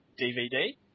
DVD